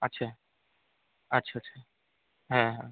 আচ্ছা আচ্ছা আচ্ছা হ্যাঁ হ্যাঁ